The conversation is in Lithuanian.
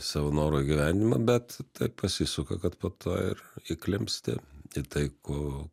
savo noru gyvenimą bet taip pasisuka kad po to ir įklimpsti į tai ko